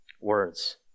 words